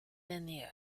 venir